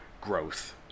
growth